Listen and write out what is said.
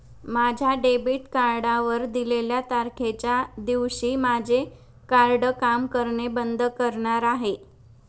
माझ्या डेबिट कार्डवर दिलेल्या तारखेच्या दिवशी माझे कार्ड काम करणे बंद करणार आहे